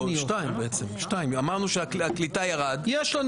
לא, הוא אמר "חבורה", הוא